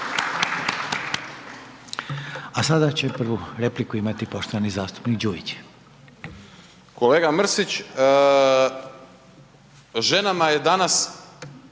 A sada će prvu repliku imati poštovani zastupnik Đujić. **Đujić, Saša (SDP)**